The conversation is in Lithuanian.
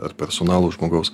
ar personalo žmogaus